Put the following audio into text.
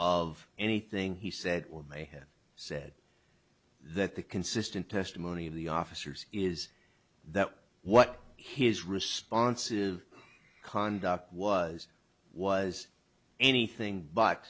of anything he said or may have said that the consistent testimony of the officers is that what his response is conduct was was anything but